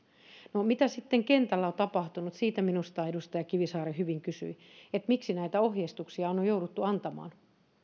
mitä sitten kentällä on tapahtunut siitä minusta edustaja kivisaari hyvin kysyi miksi näitä ohjeistuksia on on jouduttu antamaan